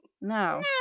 No